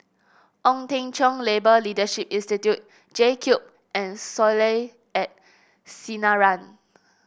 Ong Teng Cheong Labour Leadership Institute JCube and Soleil at Sinaran